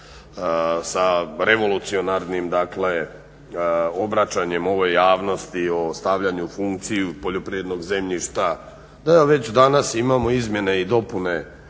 sa revolucionarnim obraćanjem javnosti o stavljanju u funkciju poljoprivrednog zemljišta da evo već danas imamo izmjene i dopune